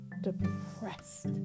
depressed